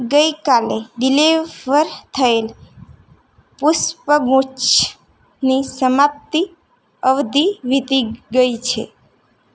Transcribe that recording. ગઈકાલે ડિલિવવર થએલ પુષ્પગુચ્છની સમાપ્તિ અવધિ વીતી ગઈ છે